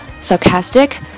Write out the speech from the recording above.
sarcastic